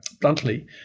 bluntly